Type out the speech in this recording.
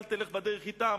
אל תלך בדרך אתם,